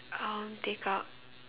um take out